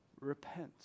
Repent